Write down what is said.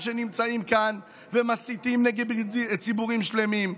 שנמצאים כאן ומסיתים נגד ציבורים שלמים.